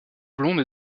blonde